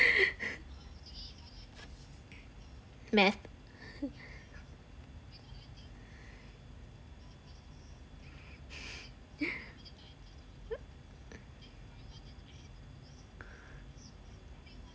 maths